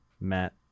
Matt